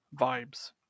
vibes